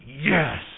yes